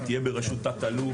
היא תהיה ברשות תת אלוף,